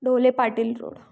Dhole Patil road